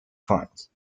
files